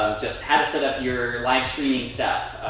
just how to set-up your livestreaming stuff.